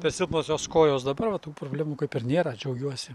per silpnos jos kojos dabar va tų problemų kaip ir nėra džiaugiuosi